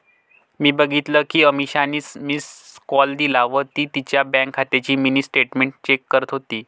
मी बघितल कि अमीषाने मिस्ड कॉल दिला व ती तिच्या बँक खात्याची मिनी स्टेटमेंट चेक करत होती